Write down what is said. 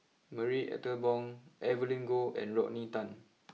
Marie Ethel Bong Evelyn Goh and Rodney Tan